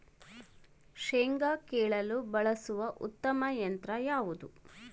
ಶೇಂಗಾ ಕೇಳಲು ಬಳಸುವ ಉತ್ತಮ ಯಂತ್ರ ಯಾವುದು?